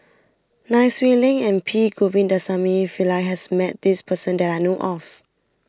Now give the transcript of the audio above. Nai Swee Leng and P Govindasamy Pillai has met this person that I know of